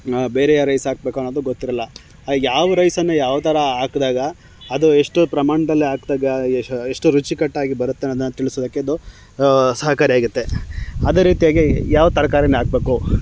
ಬೇರೆ ಯಾವ ರೈಸ್ ಹಾಕಬೇಕು ಅನ್ನೋದು ಗೊತ್ತಿರೋಲ್ಲ ಆಗ ಯಾವ ರೈಸನ್ನು ಯಾವ ಥರ ಹಾಕ್ದಾಗ ಅದು ಎಷ್ಟು ಪ್ರಮಾಣದಲ್ಲಿ ಹಾಕ್ದಾಗ ಎಷ್ಟು ಎಷ್ಟು ರುಚಿಕಟ್ಟಾಗಿ ಬರುತ್ತೆ ಅನ್ನೋದನ್ನು ತಿಳಿಸೋದಕ್ಕಿದು ಸಹಕಾರಿಯಾಗುತ್ತೆ ಅದೇ ರೀತಿಯಾಗಿ ಯಾವ ತರಕಾರಿಯ ಹಾಕ್ಬೇಕು